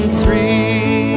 three